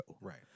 Right